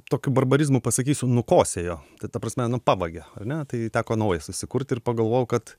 tokiu barbarizmu pasakysiu nukosėjo tai ta prasme nu pavogė ar ne tai teko naują susikurti ir pagalvojau kad